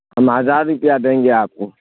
ہم ہزار روپیہ دیں گے آپ کو